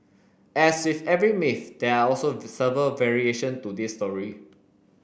as with every myth there are also several variation to this story